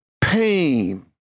pain